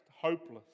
hopeless